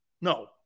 No